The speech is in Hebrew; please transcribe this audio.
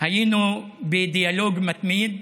היינו בדיאלוג מתמיד.